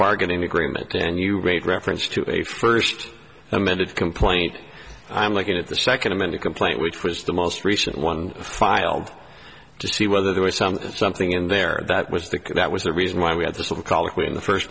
bargaining agreement then you rate reference to a first amended complaint i'm looking at the second amended complaint which was the most recent one filed to see whether there was some something in there that was the that was the reason why we had to sort of colloquy in the first